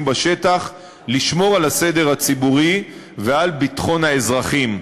בשטח לשמור על הסדר הציבורי ועל ביטחון האזרחים.